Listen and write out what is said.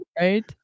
Right